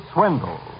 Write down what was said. Swindle